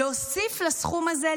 להוסיף לסכום הזה,